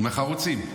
מהחרוצים.